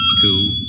Two